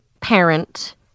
parent